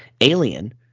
alien